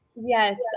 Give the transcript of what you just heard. Yes